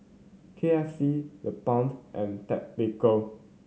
K F C TheBalm and Ted Baker